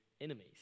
enemies